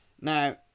Now